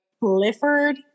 Clifford